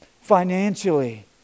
financially